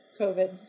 COVID